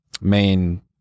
main